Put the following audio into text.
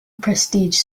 prestige